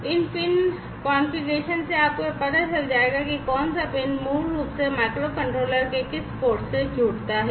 और इन pin configuration से आपको पता चल जाएगा कि कौन सा पिन मूल रूप से माइक्रोकंट्रोलर के किस पोर्ट से जुड़ता है